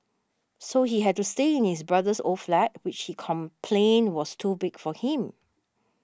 so he had to stay in his brother's old flat which he complained was too big for him